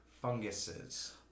funguses